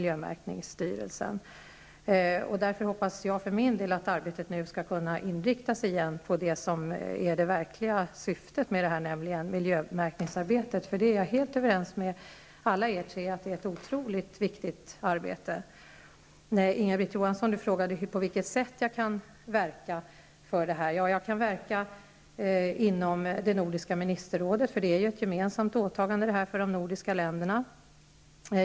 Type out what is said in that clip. Jag hoppas att arbetet nu skall kunna inriktas på det som är det verkliga syftet, nämligen miljömärkningen. Jag är helt överens med er tre om att det är ett otroligt viktigt arbete. Inga-Britt Johansson frågade på vilket sätt jag kan verka för detta. Jag kan verka inom Nordiska ministerrådet. Detta är ju ett gemensamt åtagande för de nordiska länderna.